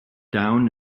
down